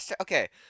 Okay